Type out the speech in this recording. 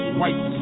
white